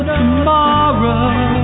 tomorrow